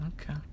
okay